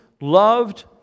loved